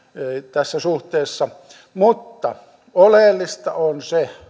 tässä suhteessa mutta oleellista on se